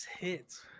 hits